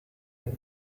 him